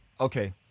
okay